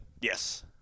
Yes